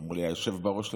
אמרו לי להגיד "היושב בראש".